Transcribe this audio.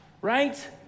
right